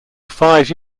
five